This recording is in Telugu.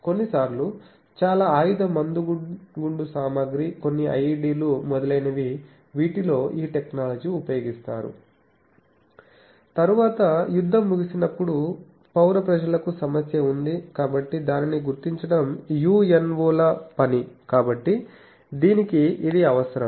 కొన్నిసార్లు చాలా ఆయుధ మందుగుండు సామగ్రి కొన్ని IED లు మొదలైనవి వీటి లో ఈ టెక్నాలజీ ఉపయోగిస్తారు తరువాత యుద్ధం ముగిసినప్పుడు పౌర ప్రజలకు సమస్య ఉంది కాబట్టి దానిని గుర్తించడం UNO ల పని కాబట్టి దీనికి ఇది అవసరం